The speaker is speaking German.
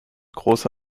große